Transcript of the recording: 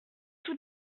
tout